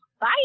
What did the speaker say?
Bye